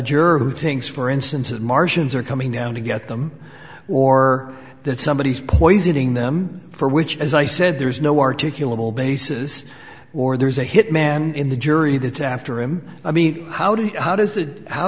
juror who thinks for instance and martians are coming down to get them or that somebody is poisoning them for which as i said there's no articulable basis or there's a hitman in the jury that's after him i mean how do how does